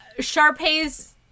Sharpay's